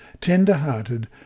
tender-hearted